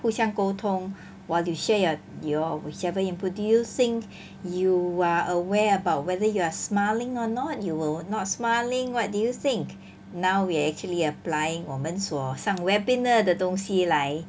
互相沟通 while you share your your whichever input do you think you are aware about whether you're smiling or not you were not smiling [what] do you think now we're actually applying 我们所上 webinar 的东西来